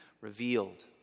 revealed